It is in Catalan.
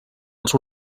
els